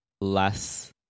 less